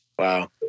Wow